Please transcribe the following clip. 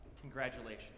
congratulations